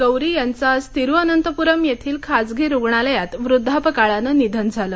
गौरीयांच आज तिरुअनंतपुरम येथील खाजगी रुग्णालयात वृद्धापकाळानंनिधन झालं